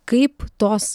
kaip tos